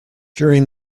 during